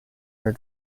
are